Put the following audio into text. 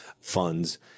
funds